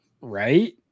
Right